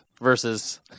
versus